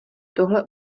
tohle